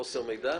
בגלל חוסר מידע?